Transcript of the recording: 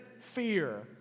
fear